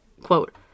Quote